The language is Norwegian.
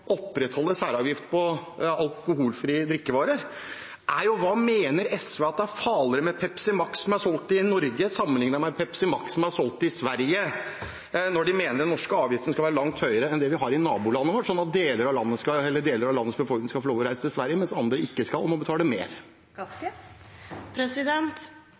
opprettholde særavgift på alkoholfrie drikkevarer, er: Hvorfor mener SV det er farligere med en Pepsi Max solgt i Norge enn en Pepsi Max solgt i Sverige, når de mener at den norske avgiften skal være langt høyere enn det vi har i nabolandet vårt, sånn at deler av landet faktisk skal få lov til å reise til Sverige, mens andre ikke kan det og må betale mer?